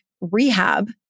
rehab